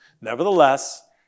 Nevertheless